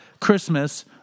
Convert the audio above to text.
Christmas